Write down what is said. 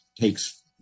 takes